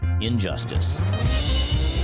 Injustice